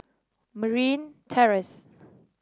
Marine Terrace